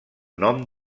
nom